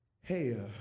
Hey